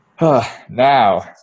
now